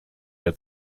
der